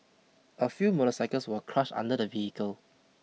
a few motorcycles were crushed under the vehicle